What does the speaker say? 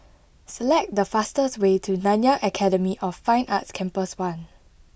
select the fastest way to Nanyang Academy of Fine Arts Campus one